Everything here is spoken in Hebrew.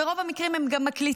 ברוב המקרים הם גם מקליטים,